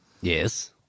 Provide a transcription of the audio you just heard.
Yes